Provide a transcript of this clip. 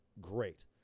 great